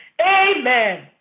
Amen